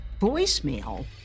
voicemail